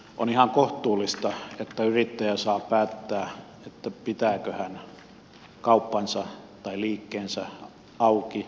on ihan kohtuullista että yrittäjä saa päättää pitääkö hän kauppansa tai liikkeensä auki vaiko kiinni